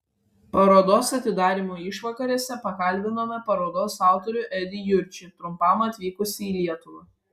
parodos atidarymo išvakarėse pakalbinome parodos autorių edį jurčį trumpam atvykusį į lietuvą